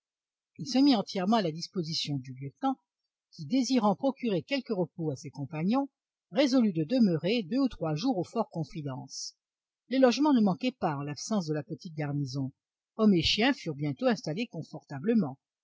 il se mit entièrement à la disposition du lieutenant qui désirant procurer quelque repos à ses compagnons résolut de demeurer deux ou trois jours au fort confidence les logements ne manquaient pas en l'absence de la petite garnison hommes et chiens furent bientôt installés confortablement